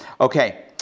Okay